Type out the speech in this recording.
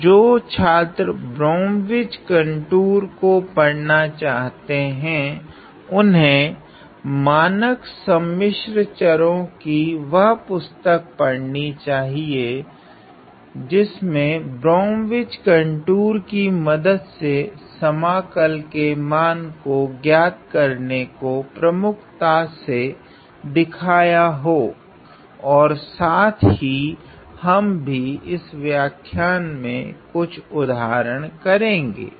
तो जो छात्र ब्रोम विच कंटूरो को पड़ना चाहते हैं उन्हे मानक सम्मिश्र चरों की वह पुस्तके पढ़नी चाहिए जिनमे ब्रोम विच कंटूर की मदद से समाकल के मान को ज्ञात करने को प्रमुखता से दिखाया हो औए साथ ही हम भी इस व्याख्यान में कुछ उदाहरण करेगे